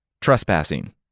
Trespassing